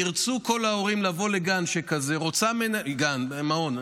ירצו כל ההורים לבוא לגן שכזה, גן, מעון.